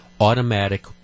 automatic